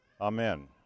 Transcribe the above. Amen